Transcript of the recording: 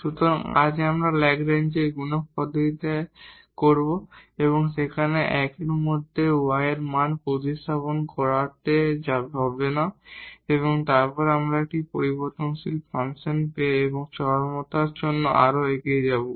সুতরাং আজ আমরা ল্যাগরেঞ্জ এর মাল্টিপ্লায়ারLagrange's multiplier পদ্ধতিতে করব যেখানে আমরা এক এর মধ্যে y এর মান প্রতিস্থাপন করতে হবে না এবং তারপর একটি ভেরিয়েবল ফাংশন পেয়ে এবং এক্সট্রিমার জন্য আরও এগিয়ে যাবো